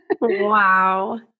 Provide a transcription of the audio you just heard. wow